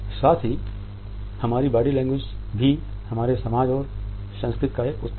साथ ही हमारी बॉडी लैंग्वेज भी हमारे समाज और संस्कृति का एक उत्पाद है